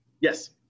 Yes